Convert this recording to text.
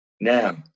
Now